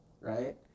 Right